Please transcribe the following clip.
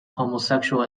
homosexual